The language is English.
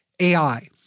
AI